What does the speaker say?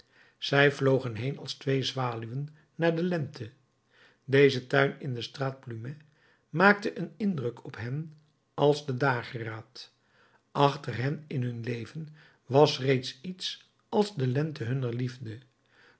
zij vlogen heen als twee zwaluwen naar de lente deze tuin in de straat plumet maakte een indruk op hen als de dageraad achter hen in hun leven was reeds iets als de lente hunner liefde